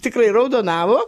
tikrai raudonavo